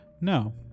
No